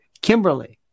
Kimberly